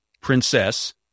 princess